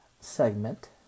segment